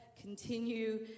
continue